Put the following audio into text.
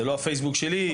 זה לא הפייסבוק שלי,